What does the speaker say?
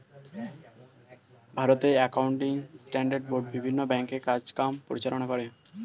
ভারতে accounting standard board বিভিন্ন ব্যাংকের কাজ কাম পরিচালনা করে